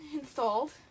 installed